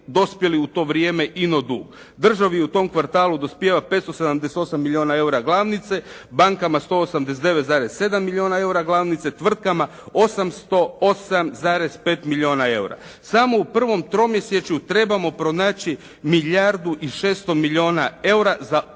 Državi u tom kvartalu dospijeva 578 milijuna eura glavnice, bankama 189,7 milijuna eura, tvrtkama 808,5 milijuna eura. Samo u prvom tromjesečju trebamo pronaći milijardu i 600 milijuna eura, za otplatu